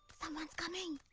someone's coming!